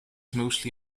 mostly